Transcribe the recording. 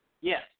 Yes